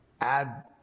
add